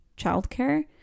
childcare